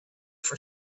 for